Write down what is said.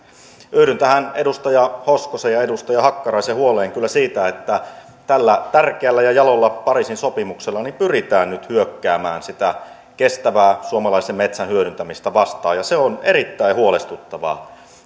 yhdyn kyllä tähän edustaja hoskosen ja edustaja hakkaraisen huoleen siitä että tällä tärkeällä ja jalolla pariisin sopimuksella pyritään nyt hyökkäämään sitä kestävää suomalaisen metsän hyödyntämistä vastaan ja se on erittäin huolestuttavaa